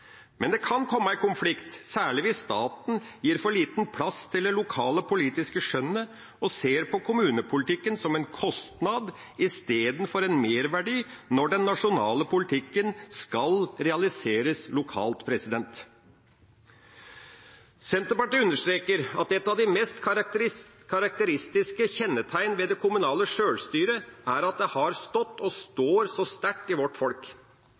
Men det kan komme i konflikt, særlig hvis staten gir for liten plass til det lokale politiske skjønnet og ser på kommunepolitikken som en kostnad i stedet for en merverdi når den nasjonale politikken skal realiseres lokalt. Senterpartiet understreker at et av de mest karakteristiske kjennetegnene ved det kommunale sjølstyret er at det har stått – og står – så sterkt i vårt folk.